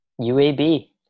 UAB